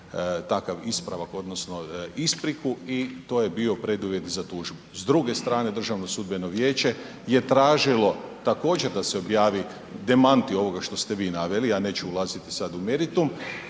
takav ispravak odnosno ispriku i to je bio preduvjet za tužbu. S druge strane, DSV je tražilo također da se objavi demanti ovoga što ste vi naveli, ja neću ulaziti sad u meritum,